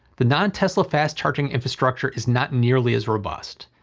the non-tesla fast charging infrastructure is not nearly as robust.